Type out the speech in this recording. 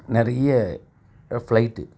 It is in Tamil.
நிறைய ஃப்ளைட்டு